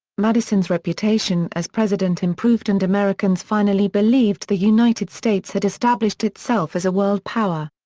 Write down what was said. madison's reputation as president improved and americans finally believed the united states had established itself as a world power.